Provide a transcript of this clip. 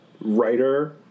writer